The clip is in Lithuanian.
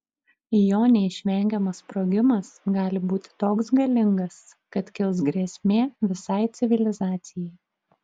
jo neišvengiamas sprogimas gali būti toks galingas kad kils grėsmė visai civilizacijai